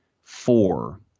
four